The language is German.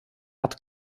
hat